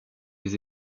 des